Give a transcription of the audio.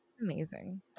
amazing